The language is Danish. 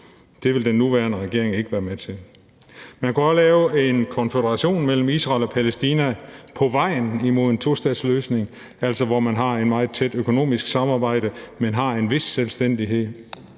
Det vil den nuværende regering ikke være med til. Man kunne også lave en konføderation mellem Israel og Palæstina på vejen imod en tostatsløsning, altså hvor man har et meget tæt økonomisk samarbejde, men har en vis selvstændighed.